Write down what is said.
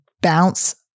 bounce